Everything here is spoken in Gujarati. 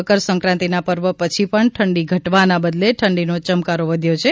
મકરસંક્રાંતિના પર્વ પછી પણ ઠંડી ઘટવાના બદલે ઠંડીનો યમકારો વધ્યો છે